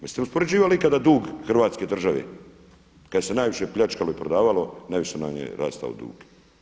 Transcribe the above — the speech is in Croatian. Jeste li uspoređivali ikada dug hrvatske države, kad se najviše pljačkalo i prodavalo najviše nam je rastao dug.